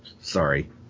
Sorry